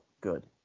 good